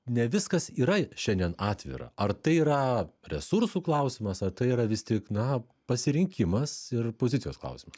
ne viskas yra šiandien atvira ar tai yra resursų klausimas ar tai yra vis tik na pasirinkimas ir pozicijos klausimas